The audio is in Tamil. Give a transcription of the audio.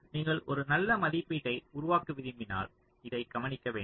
நீங்கள் ஒரு நல்ல மதிப்பீட்டை உருவாக்க விரும்பினால் இதை கவனிக்க வேண்டும்